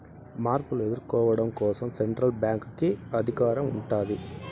మార్పులు ఎదుర్కోవడం కోసం సెంట్రల్ బ్యాంక్ కి అధికారం ఉంటాది